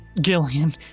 Gillian